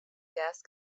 guest